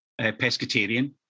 pescatarian